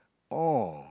oh